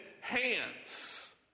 hands